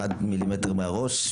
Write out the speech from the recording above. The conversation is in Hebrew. אחד מילימטר מהראש,